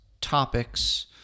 topics